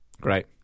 great